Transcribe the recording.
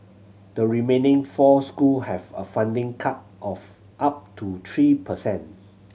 the remaining four school have a funding cut of up to three per cent